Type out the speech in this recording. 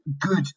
good